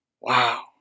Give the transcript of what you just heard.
Wow